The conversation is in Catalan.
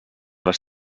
les